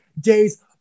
day's